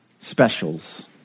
specials